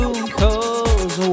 Cause